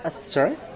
Sorry